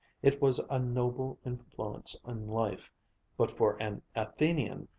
it was a noble influence in life but for an athenian,